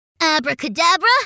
Abracadabra